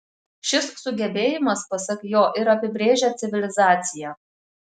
šis sugebėjimas pasak jo ir apibrėžia civilizaciją